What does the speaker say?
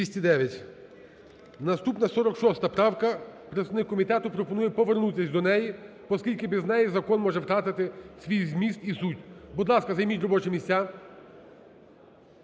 Наступна 46 правка. Представник комітету пропонує повернутись до неї, поскільки без неї закон може втратити свій зміст і суть. Будь ласка, займіть робочі місця.